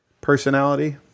personality